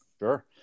Sure